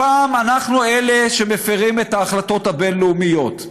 הפעם אנחנו אלה שמפרים את ההחלטות הבין-לאומיות,